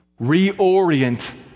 Reorient